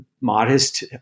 modest